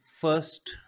first